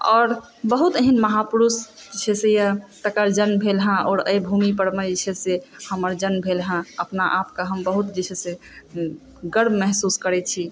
आओर बहुत एहन महापुरुष जे से यऽ तिनकर जन्म भेल हँ एहि भूमि परमे जे छै से हमर जन्म भेल हँ अपना आपकेँ हम बहुत जे छै से गर्व महसूस करै छी